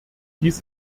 dies